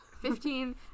fifteen